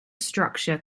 structure